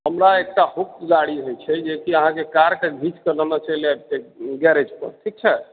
हमरा एक टा हुक गाड़ी होइ छै जे कि अहाँके कारके घीँचके नेने चलि अयतै गैरेज पर ठीक छै